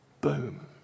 Boom